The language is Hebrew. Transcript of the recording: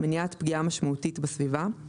מניעת פגיעה משמעותית בסביבה ;